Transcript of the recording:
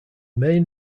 main